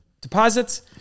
deposits